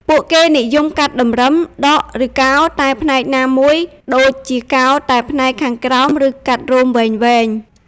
ពួកគេនិយមកាត់តម្រឹម ដក ឬកោរតែផ្នែកណាមួយ (ដូចជាកោរតែផ្នែកខាងក្រោម ឬកាត់រោមវែងៗ)។